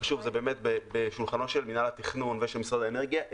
זה בשולחנו של מינהל התכנון ושל משרד האנרגיה,